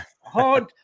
hard